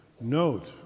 Note